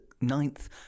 ninth